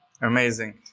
Amazing